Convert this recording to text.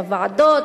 בוועדות,